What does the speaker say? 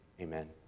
Amen